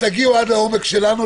תגיעו עד לעומק שלנו,